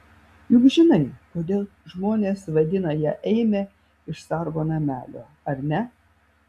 juk žinai kodėl žmonės vadina ją eime iš sargo namelio ar ne